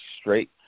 straight